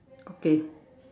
okay